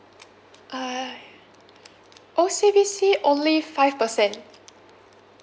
uh O_C_B_C only five percent